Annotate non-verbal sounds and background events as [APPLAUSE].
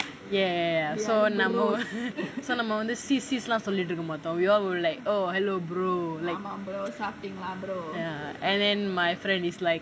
[NOISE] ya ya ya so நம்ம நம்ம வந்து:namma namma vanthu we all will like oh hello brother ya and then my friend is like